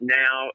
now